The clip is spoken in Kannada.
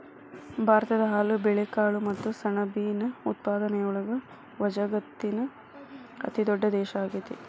ಭಾರತ ಹಾಲು, ಬೇಳೆಕಾಳು ಮತ್ತ ಸೆಣಬಿನ ಉತ್ಪಾದನೆಯೊಳಗ ವಜಗತ್ತಿನ ಅತಿದೊಡ್ಡ ದೇಶ ಆಗೇತಿ